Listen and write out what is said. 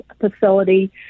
facility